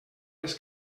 les